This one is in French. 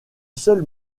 seul